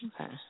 okay